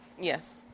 Yes